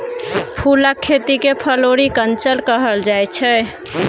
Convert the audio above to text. फुलक खेती केँ फ्लोरीकल्चर कहल जाइ छै